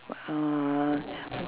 uh